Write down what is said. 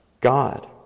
God